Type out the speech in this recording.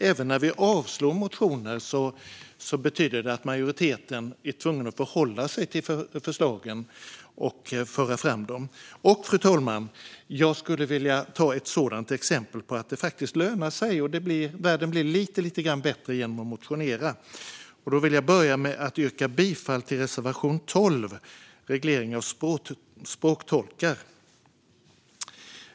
Även när vi avstyrker motioner är majoriteten ändå tvungen att förhålla sig till förslagen och föra fram dem. Fru talman! Jag skulle vilja ta ett sådant exempel som visar att det faktiskt lönar sig och att världen blir lite bättre genom att man motionerar. Då vill jag börja med att yrka bifall till reservation 12, om reglering av språktolkar.